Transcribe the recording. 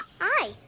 Hi